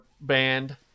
band